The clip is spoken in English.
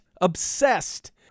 obsessed